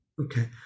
Okay